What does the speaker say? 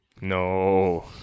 no